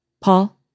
Paul